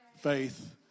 Faith